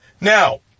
Now